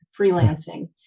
freelancing